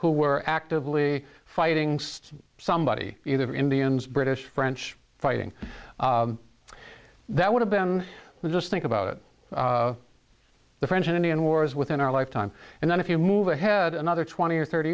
who were actively fighting sed somebody either indians british french fighting that would have been there just think about it the french and indian wars within our lifetime and then if you move ahead another twenty or thirty